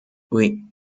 oui